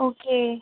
okay